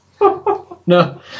No